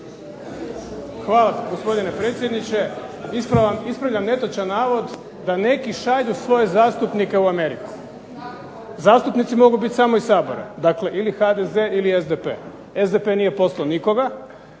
Hvala gospodine predsjedniče. Ispravljam netočan navod da neki šalju svoje zastupnike u Ameriku. Zastupnici mogu biti samo iz Sabora, dakle ili HDZ ili SDP. SDP nije poslao nikoga,